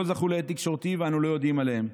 זכו להד תקשורתי ואנו לא יודעים עליהם.